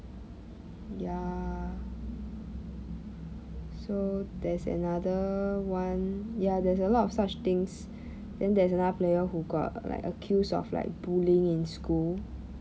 ya so there's another one ya there's a lot of such things then there's another player who got like accused of like bullying in school